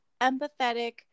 empathetic